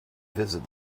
visit